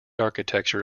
architecture